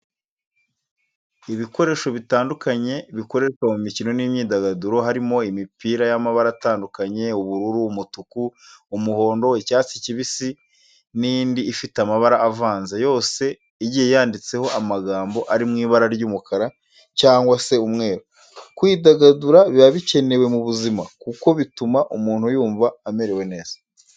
Ibikoresho bitandukanye bikoreshwa mu mikino n'imyidagaduro, harimo imipira y'amabara atandukanye ubururu, umutuku, umuhondo, icyatsi kibisi n'indi ifite amabara avanze yose igiye yanditseho amagambo ari mu ibara ry'umukara cyangwa se umweru, kwidagadura biba bikenewe mu buzima kuko bituma umuntu yumva amerewe neza.